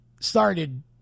started